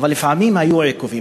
אבל לפעמים היו עיכובים.